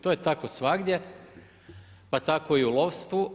To je tako svagdje, pa tako i u lovstvu.